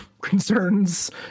concerns